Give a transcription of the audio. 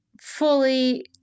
fully